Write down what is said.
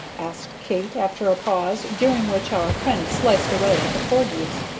asked kate, after a pause, during which our friend sliced away at the porgies.